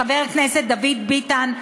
חבר הכנסת דוד ביטן,